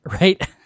right